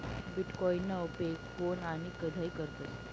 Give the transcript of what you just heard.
बीटकॉईनना उपेग कोन आणि कधय करतस